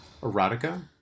erotica